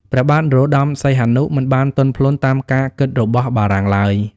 ព្រះបាទនរោត្ដម សីហនុ មិនបានទន់ភ្លន់តាមការគិតរបស់បារាំងឡើយ។